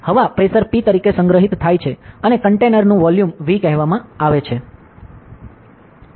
હવા pressure P તરીકે સંગ્રહિત થાય છે અને કન્ટેનર નું વોલ્યુમ V કહેવામાં આવે છે